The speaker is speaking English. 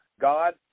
God